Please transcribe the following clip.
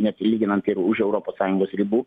net ir lyginant ir už europos sąjungos ribų